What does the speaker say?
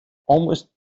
almost